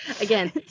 Again